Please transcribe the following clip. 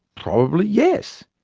probably yes.